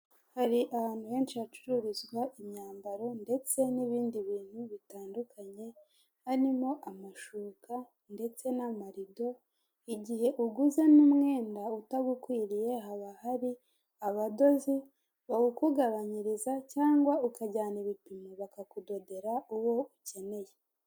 Hari ahantu henshi hacururizwa imyambaro ndetse n'ibindi bintu bitandukanye, harimo amashuka ndetse n'amarido, igihe uguzamo umwenda utagukwiriye, haba hari abadozi bawukugabanyiriza cyangwa ukajyana ibipimo bakakudodera uwo ukeneye.